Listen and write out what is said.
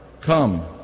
Come